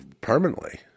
permanently